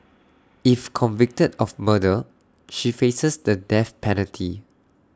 if convicted of murder she faces the death penalty